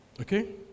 Okay